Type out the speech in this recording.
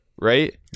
right